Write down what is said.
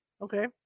Okay